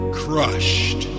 crushed